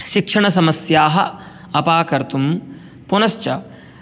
शिक्षणसमस्याः अपाकर्तुं पुनश्च